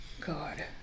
God